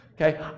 okay